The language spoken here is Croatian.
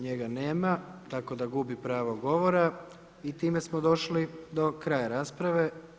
Njega nema, tako da gubi pravo govora i time smo došli do kraja rasprave.